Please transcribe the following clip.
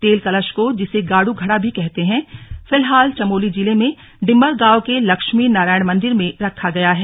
तेल कलश को जिसे गाडू घड़ा भी कहते हैं फिलहाल चमोली जिले में डिम्मर गांव के लक्ष्मी नारायण मंदिर में रखा गया है